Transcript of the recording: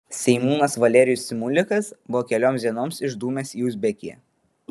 seimūnas valerijus simulikas buvo kelioms dienoms išdūmęs į uzbekiją